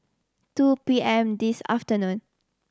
two P M this afternoon